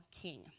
king